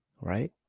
right